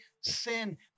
sin